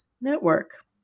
Network